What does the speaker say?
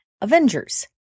Avengers